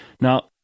Now